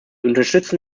unterstützen